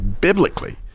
biblically